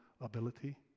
ability